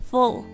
Full